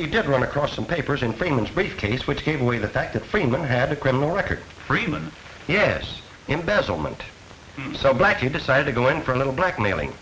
he did run across some papers in freeman's briefcase which gave away the fact that freeman had a criminal record freeman yes embezzlement so black you decided to go in for a little blackmailing